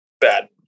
bad